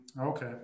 Okay